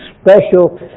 special